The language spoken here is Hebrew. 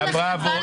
תנו לי